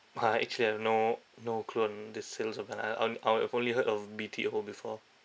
ah actually I've no no clue on the sales on I I I've only heard of B_T_O before